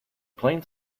plain